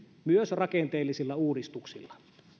myös rakenteellisilla uudistuksilla